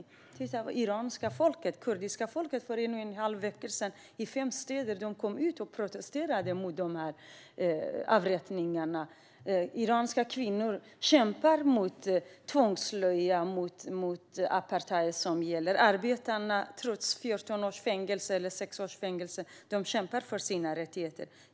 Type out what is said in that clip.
Det iranska och kurdiska folket i fem städer gick ut för en och en halv vecka sedan och protesterade mot avrättningarna. Iranska kvinnor kämpar mot tvångsslöja och apartheid. Arbetarna kämpar för sina rättigheter trots 6 eller 14 års fängelse.